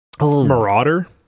Marauder